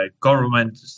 government